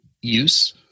use